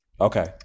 Okay